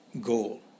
goal